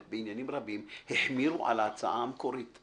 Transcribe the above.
בעניינים רבים החמירו על ההצעה המקורית.